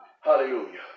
Hallelujah